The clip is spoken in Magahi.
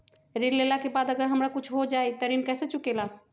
ऋण लेला के बाद अगर हमरा कुछ हो जाइ त ऋण कैसे चुकेला?